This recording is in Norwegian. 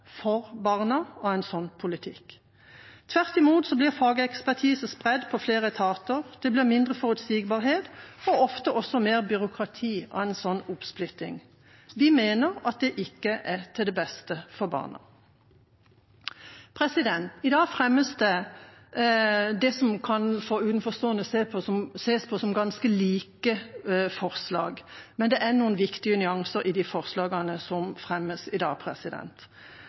for barna av en slik politikk. Tvert imot blir fagekspertise spredt på flere etater, det blir mindre forutsigbarhet og ofte også mer byråkrati av en slik oppsplitting. Vi mener at det ikke er til det beste for barna. I dag fremmes det som for utenforstående kan ses på som ganske like forslag, men det er noen viktige nyanser i de forslagene som fremmes i dag.